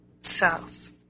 self